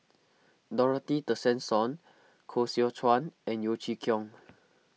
Dorothy Tessensohn Koh Seow Chuan and Yeo Chee Kiong